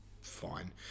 fine